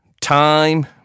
Time